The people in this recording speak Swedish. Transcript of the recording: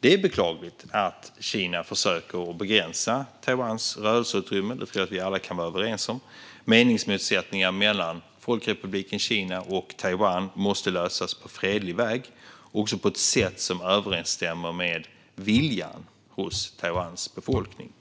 Det är beklagligt att Kina försöker begränsa Taiwans rörelseutrymme. Det tror jag att vi alla kan vara överens om. Meningsmotsättningar mellan Folkrepubliken Kina och Taiwan måste lösas på fredlig väg, också på ett sätt som överensstämmer med viljan hos Taiwans befolkning.